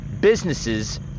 businesses